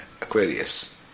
aquarius